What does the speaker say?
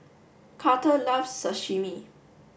Karter loves Sashimi